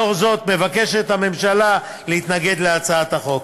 לאור זאת, מבקשת הממשלה להתנגד להצעת החוק.